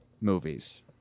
movies